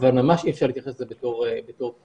אבל ממש אי-אפשר להתייחס לזה בתור פתרון.